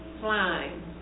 flying